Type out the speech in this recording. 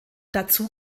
dazu